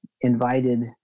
invited